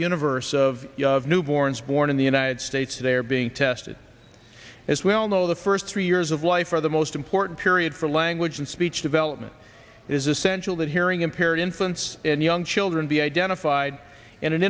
universe of newborns born in the united states they're being tested as we all know the first three years of life are the most important period for language and speech development is essential that hearing impaired infants and young children be identified in an